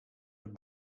het